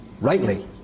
rightly